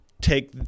take